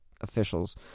officials